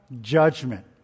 judgment